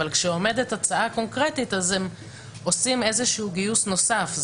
כאשר עומדת הצעה קונקרטית הם עושים איזשהו גיוס נוסף.